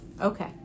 Okay